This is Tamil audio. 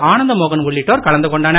ஆனந்த மோகன் உள்ளிட்டோர் கலந்து கொண்டனர்